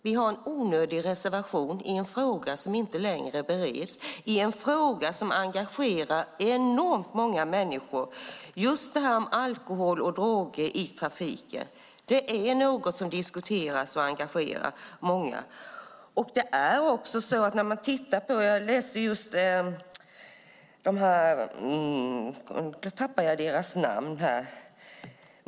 Vi har alltså en onödig reservation i en fråga som inte längre bereds, i en fråga om engagerar många människor, nämligen den om alkohol och droger i trafiken. Det är något som diskuteras och som engagerar många.